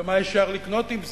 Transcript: ומה יישאר לקנות עם זה,